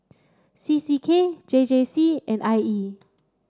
C C K J J C and I E